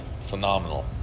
Phenomenal